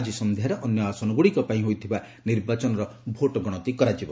ଆକି ସନ୍ଧ୍ୟାରେ ଅନ୍ୟ ଆସନଗୁଡ଼ିକ ପାଇଁ ହୋଇଥିବା ନିର୍ବାଚନର ଭୋଟ୍ ଗଣତି କରାଯିବ